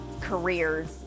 careers